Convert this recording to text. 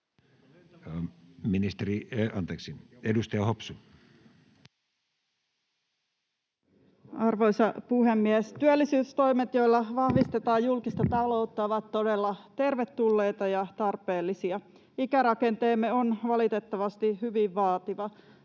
Arvoisa puhemies! Työllisyystoimet, joilla vahvistetaan julkista taloutta, ovat todella tervetulleita ja tarpeellisia. Ikärakenteemme on valitettavasti hyvin vaativa.